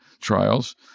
trials